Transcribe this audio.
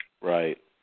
Right